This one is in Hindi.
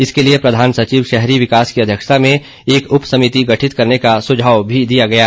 इसके लिए प्रधान सचिव शहरी विकास की अध्यक्षता में एक उप समिति गठित करने का सुझाव भी दिया गया है